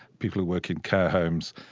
people who work in care homes.